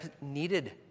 needed